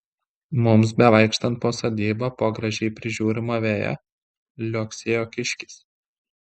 mums bevaikštant po sodybą po gražiai prižiūrimą veją liuoksėjo kiškis